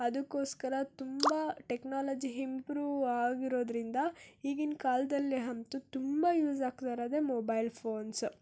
ಅದಕ್ಕೋಸ್ಕರ ತುಂಬ technology improve ಆಗಿರೋದರಿಂದ ಈಗಿನ ಕಾಲದಲ್ಲಿ ಅಂತೂ ತುಂಬ ಯೂಸ್ ಆಗ್ತಾ ಇರೋದೇ ಮೊಬೈಲ್ ಫೋನ್ಸ